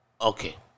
Okay